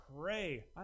Pray